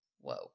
Whoa